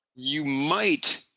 you might